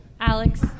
Alex